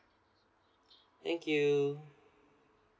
thank you